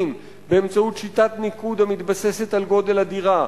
באמצעות שיטת ניקוד המתבססת על גודל הדירה,